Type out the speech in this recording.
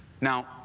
Now